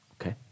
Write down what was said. Okay